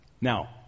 Now